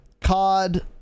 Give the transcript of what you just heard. COD